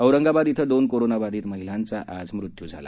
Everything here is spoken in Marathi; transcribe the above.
औरंगाबाद क्विं दोन कोरोनाबाधित महिलांचा आज मृत्यू झाला